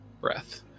breath